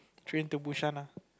Train-to-Busan ah